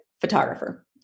photographer